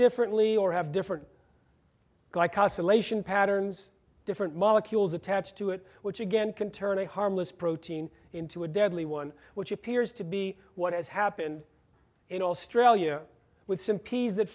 differently or have different like oscillation patterns different molecules attached to it which again can turn a harmless protein into a deadly one which appears to be what has happened in australia with some p